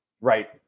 Right